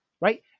right